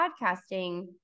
podcasting